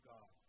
God